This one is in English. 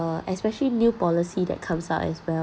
uh especially new policy that comes out as well